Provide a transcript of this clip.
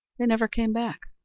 they never came back.